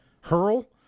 hurl